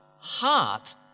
heart